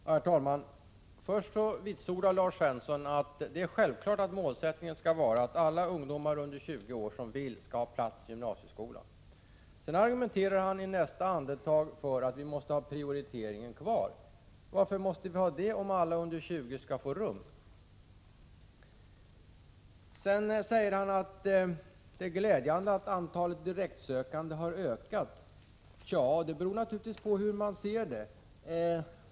Herr talman! Först vitsordar Lars Svensson att det är självklart att målsättningen skall vara att alla ungdomar under 20 år som vill skall ha plats i gymnasieskolan. I nästa andetag argumenterar han för att vi skall ha prioriteringen kvar. Varför måste vi det om alla under 20 år får rum? Lars Svensson säger att det är glädjande att antalet direktsökande har ökat. Ja, det beror naturligtvis på hur man ser det.